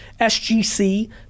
SGC